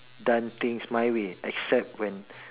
done things my way except when